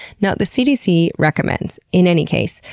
now the cdc recommends, in any case,